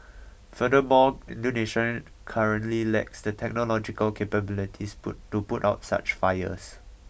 furthermore Indonesia currently lacks the technological capabilities put to put out such fires